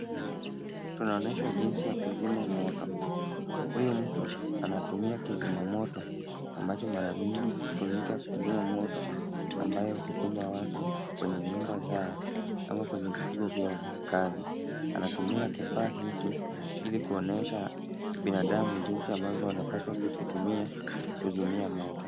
Tunaonyeshwa jinsi ya kuzima moto. Huyu mtu anatumia kizima moto ambacho mara mingi hutumika kuzima moto ambayo hukumba watu kwenye nyumba zao ama kwenye vituo vyao vya kazi. Anatumia kifaa hiki ili kuonyesha binadamu jinsi ambavyo wanapaswa kukitumia, kuzimia moto.